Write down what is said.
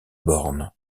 borne